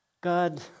God